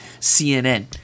CNN